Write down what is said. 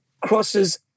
crosses